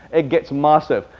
it gets massive.